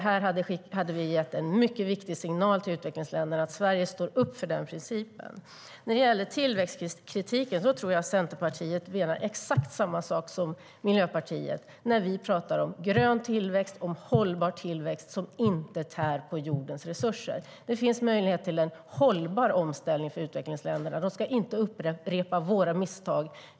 Här har vi gett en mycket viktig signal till utvecklingsländerna att Sverige står upp för den principen. När det gäller tillväxtkritiken tror jag att Centerpartiet menar exakt samma sak som Miljöpartiet när vi pratar om grön och hållbar tillväxt som inte tär på jordens resurser. Det finns möjlighet till en hållbar omställning för utvecklingsländerna. De ska inte upprepa våra misstag.